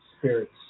spirits